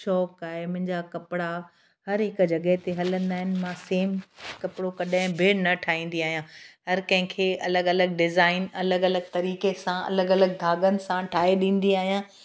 शौक़ु आहे मुंहिंजा कपिड़ा हर हिकु जॻहि ते हलंदा आहिनि मां सेम कपिड़ो कॾहिं बि न ठाहींदी आहियां हर कंहिंखे अलॻि अलॻि डिजाइन अलॻि अलॻि तरीक़े सां अलॻि अलॻि धाॻनि सां ठाहे ॾींदी आहियां